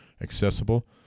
accessible